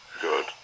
good